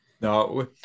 no